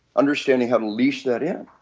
understanding how to leash that in,